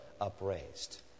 upraised